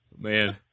Man